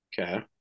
okay